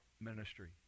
ministry